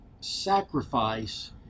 sacrifice